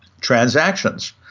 transactions